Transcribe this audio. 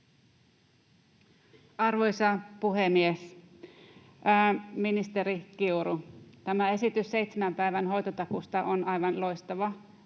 Arvoisa puhemies! Ministeri Kiuru, tämä esitys seitsemän päivän hoitotakuusta on aivan loistava,